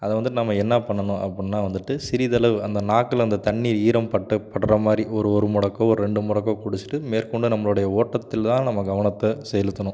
அதை வந்துவிட்டு நாம் என்ன பண்ணணும் அப்புடினா வந்துவிட்டு சிறிதளவு அந்த நாக்கில அந்த தண்ணீர் ஈரம் பட்டு படுற மாதிரி ஒரு ஒரு மொடக்கோ ஒரு ரெண்டு மொடக்கோ குடிச்சிவிட்டு மேற்கொண்டு நம்மளுடைய ஓட்டத்தில் தான் நம்ம கவனத்தை செலுத்தணும்